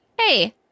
hey